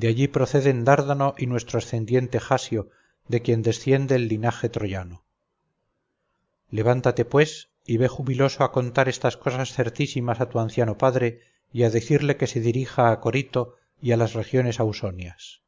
de allí proceden dárdano y nuestro ascendiente jasio de quien desciende el linaje troyano levántate pues y ve jubiloso a contar estas cosas certísimas a tu anciano padre y a decirle que se dirija a corito y a las regiones ausonias